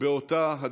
באותה הדרך.